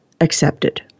accepted